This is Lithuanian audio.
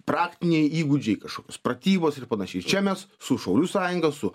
praktiniai įgūdžiai kažkios pratybos ir panašiai čia mes su šaulių sąjunga su